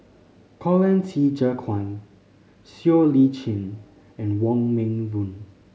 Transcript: Colin Qi Zhe Quan Siow Lee Chin and Wong Meng Voon